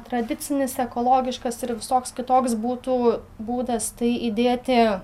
tradicinis ekologiškas ir visoks kitoks būtų būdas tai įdėti